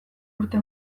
urte